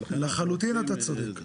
לחלוטין אתה צריך.